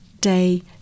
day